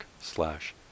slash